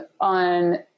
on